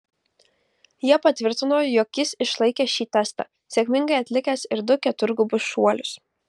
jie patvirtino jog jis išlaikė šį testą sėkmingai atlikęs ir du keturgubus šuolius